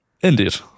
Indeed